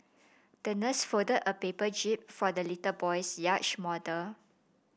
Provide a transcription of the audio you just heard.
the nurse folded a paper jib for the little boy's yacht model